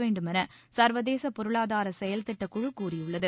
வேண்டுமென சங்வதேச பொருளாதார செயல்திட்டக் குழு கூறியுள்ளது